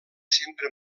sempre